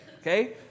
okay